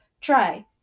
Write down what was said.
Try